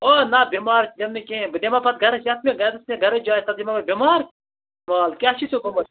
او نا بٮ۪مار دِمہٕ نہٕ کیٚنٛہہ بہٕ دِما پَتہٕ گَرٕ ژےٚ تہٕ مےٚ گَرٕچ جاے پَتہٕ دِما بہٕ بٮ۪مار وال کیٛاہ چھِ ژےٚ گوٚمُت